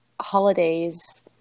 holidays